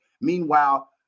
Meanwhile